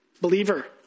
Believer